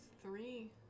three